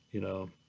you know,